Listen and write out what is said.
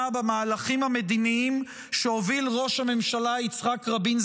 במהלכים המדיניים שהוביל ראש הממשלה יצחק רבין,